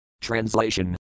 Translation